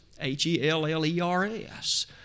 H-E-L-L-E-R-S